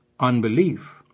unbelief